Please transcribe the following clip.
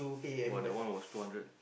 !wah! that one was two hundred